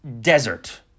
desert